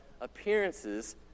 appearances